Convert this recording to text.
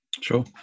Sure